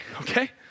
okay